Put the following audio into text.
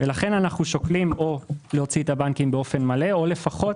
לכן אנחנו שוקלים או להוציא את הבנקים באופן מלא או לפחות